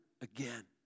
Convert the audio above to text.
again